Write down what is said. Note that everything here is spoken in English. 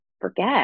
forget